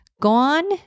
Gone